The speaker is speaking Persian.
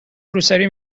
روسری